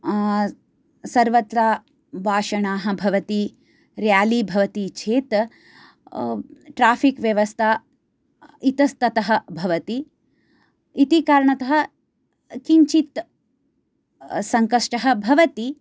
सर्वत्र भाषणाः भवति रेली भवति चेत् ट्राफिक् व्यवस्था इतस्ततः भवति इति कारणतः किञ्चित् सङ्कष्टः भवति